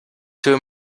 two